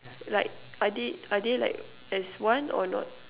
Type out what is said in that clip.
like are they are they like as one or not